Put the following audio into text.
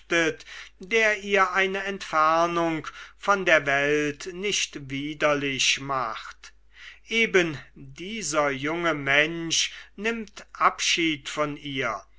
der ihr eine entfernung von der welt nicht widerlich macht eben dieser junge mensch nimmt abschied von ihr